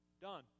Done